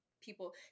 people